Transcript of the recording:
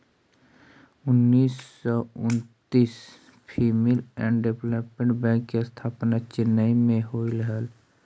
उन्नीस सौ उन्नितिस फीमेल एंड डेवलपमेंट बैंक के स्थापना चेन्नई में होलइ हल